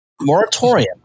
moratorium